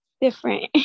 different